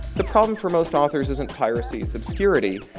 the problem for most authors isn't piracy, it's obscurity,